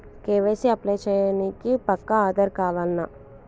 KYC apply చేయనీకి పక్కా ఆధార్ కావాల్నా?